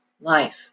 Life